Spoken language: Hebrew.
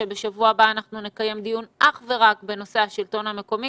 שבשבוע הבא נקיים דיון אך ורק בנושא השלטון המקומי